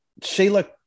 Shayla